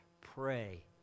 pray